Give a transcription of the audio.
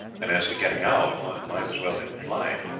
and as to getting out one might as well think of flying.